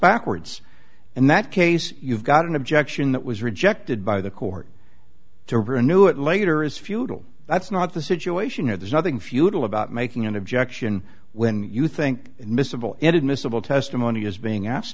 backwards in that case you've got an objection that was rejected by the court to renew it later is futile that's not the situation here there's nothing futile about making an objection when you think miscible and admissible testimony is being asked